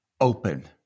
open